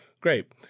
Great